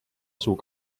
asuva